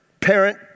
parent